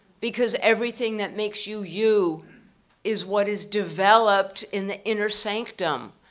because everything that makes you you is what is developed in the inner sanctum,